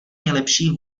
nejlepší